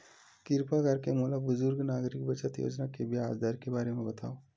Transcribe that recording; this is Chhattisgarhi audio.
किरपा करके मोला बुजुर्ग नागरिक बचत योजना के ब्याज दर के बारे मा बतावव